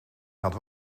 gaat